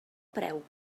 preu